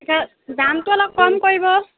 দামটো অলপ কম কৰিব